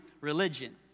religion